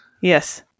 Yes